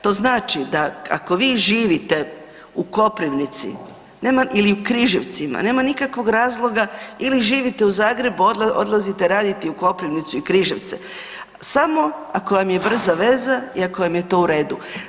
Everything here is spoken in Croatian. To znači da ako vi živite u Koprivnici ili u Križevcima, nema nikakvog razloga ili živite u Zagrebu, odlazite raditi u Koprivnicu i Križevce, samo ako vam je brza veza i ako vam je to uredu.